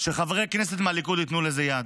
שחברי כנסת מהליכוד ייתנו לזה יד.